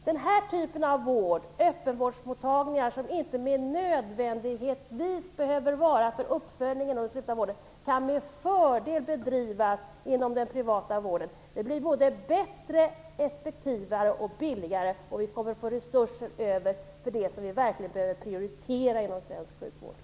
Den här typen av vård med öppenvårdsmottagningar som inte nödvändigtvis behövs för uppföljning av den slutna vården kan med fördel bedrivas inom den privata vården. Det blir bättre, effektivare och billigare och vi får resurser över till det som vi verkligen behöver prioritera inom svensk sjukvård.